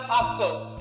actors